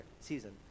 season